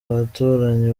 abaturanyi